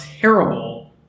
terrible